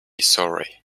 sorry